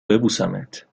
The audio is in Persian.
ببوسمت